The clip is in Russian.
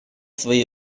свои